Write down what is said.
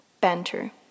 Banter